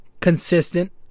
consistent